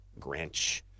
Grinch